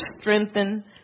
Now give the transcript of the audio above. strengthen